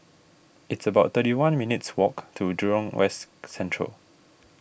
it's about thirty one minutes' walk to Jurong West Central